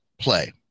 play